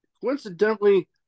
coincidentally